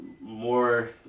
more